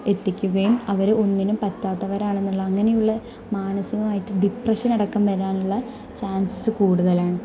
എത്തിക്കുകയും അവർ ഒന്നിനും പറ്റാത്തവരാണ് എന്നുള്ള അങ്ങനെയുള്ള മാനസികമായിട്ടും ഡിപ്രഷൻ അടക്കം വരാനുള്ള ചാൻസസ് കൂടുതലാണ്